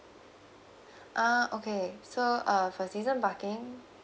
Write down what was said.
ah okay so uh for season parking